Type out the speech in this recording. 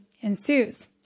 ensues